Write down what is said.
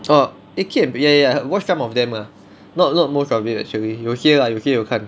orh eh key and peele ya ya I watch some of them lah not not most of it actually 有些 lah 有些有看